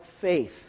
faith